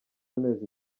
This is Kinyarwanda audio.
amezi